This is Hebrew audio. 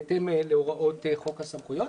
בהתאם להוראות חוק הסמכויות.